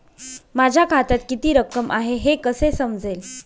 माझ्या खात्यात किती रक्कम आहे हे कसे समजेल?